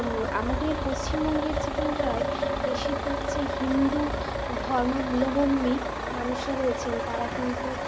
আমাদের পশ্চিমবঙ্গের জীবনধারায় বেশিরভাগ যে হিন্দু ধর্মাবলম্বী মানুষরা রয়েছেন তারা কিন্তু